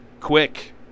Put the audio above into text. Quick